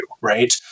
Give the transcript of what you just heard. right